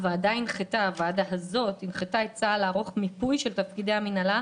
הוועדה הנחתה את צה"ל לערוך מיפוי של תפקידי המינהלה